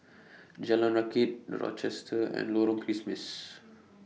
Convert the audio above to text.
Jalan Rakit The Rochester and Lorong Kismis